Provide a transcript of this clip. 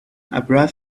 abrupt